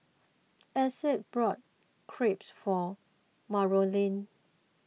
Essex bought Crepe for Marolyn